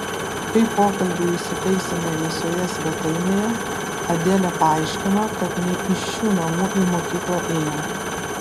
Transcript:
kai pokalbiui įsitaisėme vėsioje svetainėje adelė paaiškino kad ne iš šių namų į mokyklą ėjo